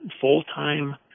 full-time